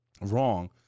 wrong